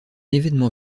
événement